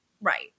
Right